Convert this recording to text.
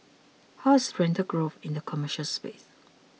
how is the rental growth in the commercial space